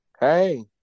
hey